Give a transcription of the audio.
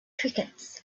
crickets